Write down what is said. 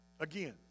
again